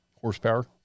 horsepower